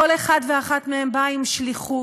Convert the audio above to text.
כל אחד ואחת מהם בא עם שליחות.